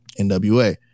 NWA